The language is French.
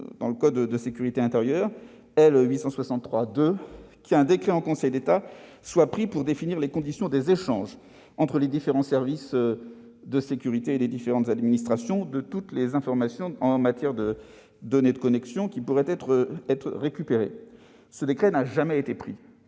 du code de la sécurité intérieure, qu'un décret en Conseil d'État soit pris pour définir les conditions d'échange entre les différents services de sécurité et les administrations de toutes les informations en matière de données de connexion qui pourraient être récupérées. Or ce décret n'a jamais été pris,